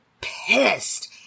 pissed